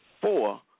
four